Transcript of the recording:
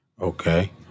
Okay